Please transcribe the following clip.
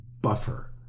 buffer